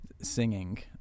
singing